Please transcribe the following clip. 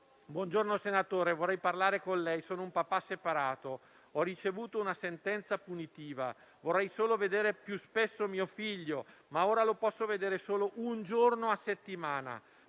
«Buongiorno senatore, vorrei parlare con lei. Sono un papà separato, ho ricevuto una sentenza punitiva. Vorrei solo vedere più spesso mio figlio, ma ora lo posso vedere solo un giorno a settimana.